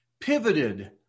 pivoted